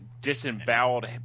disemboweled